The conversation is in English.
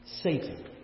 Satan